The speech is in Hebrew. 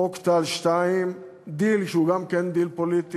חוק טל 2, דיל שהוא גם כן דיל פוליטי,